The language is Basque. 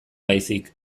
baizik